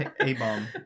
A-bomb